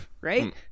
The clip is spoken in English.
right